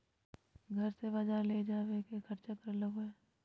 घर से बजार ले जावे के खर्चा कर लगो है?